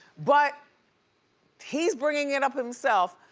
but he's bringing it up himself,